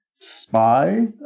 spy